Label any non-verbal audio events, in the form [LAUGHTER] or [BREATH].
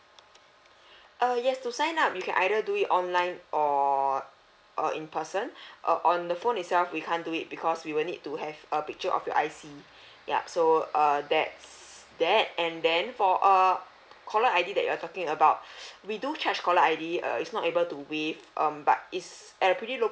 err yes to sign up you can either do it online or uh in person [BREATH] uh on the phone itself we can't do it because we will need to have a picture of your I_C yup so err that's that and then for err caller I_D that you're talking about [BREATH] we do charge caller I_D err is not able to waive um but is at a pretty low